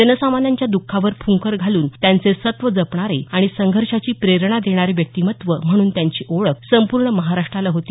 जनसामान्यांच्या दःखावर फुंकर घालून त्यांचे सत्व जपणारे आणि संघर्षाची प्रेरणा देणारे व्यक्तीमत्व म्हणून त्यांची ओळख संपूर्ण महाराष्ट्राला होती